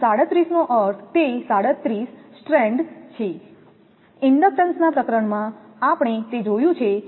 તેથી 37 નો અર્થ તે 37 સ્ટ્રેન્ડ છે ઇન્ડક્ટન્સના પ્રકરણમાં આપણે તે જોયું છે